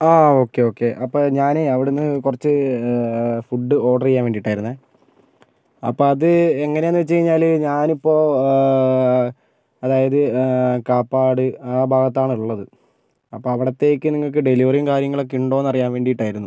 ആ okay okay അപ്പം ഞാൻ അവിടെ നിന്ന് കുറച്ച് ഫുഡ് ഓർഡർ ചെയ്യാൻ വേണ്ടിയിട്ടായിരുന്നേ അപ്പം അത് എങ്ങനെയാണെന്ന് വെച്ച് കഴിഞ്ഞാൽ ഞാനിപ്പം അതായത് കാപ്പാട് ആ ഭാഗത്താണ് ഉള്ളത് അപ്പം അവിടത്തേക്ക് നിങ്ങൾക്ക് ഡെലിവറിയും കാര്യങ്ങളൊക്കെ ഉണ്ടോയെന്ന് അറിയാൻ വേണ്ടിയിട്ട് ആയിരുന്നു